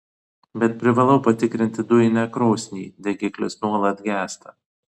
bet privalau patikrinti dujinę krosnį degiklis nuolat gęsta